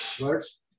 words